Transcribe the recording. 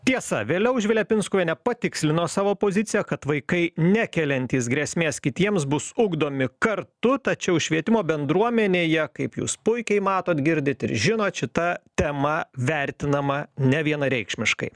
tiesa vėliau živilė pinskuvienė patikslino savo poziciją kad vaikai nekeliantys grėsmės kitiems bus ugdomi kartu tačiau švietimo bendruomenėje kaip jūs puikiai matot girdit ir žinot šita tema vertinama nevienareikšmiškai